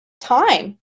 time